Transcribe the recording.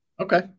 Okay